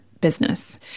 business